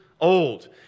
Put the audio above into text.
old